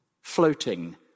floating